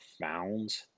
found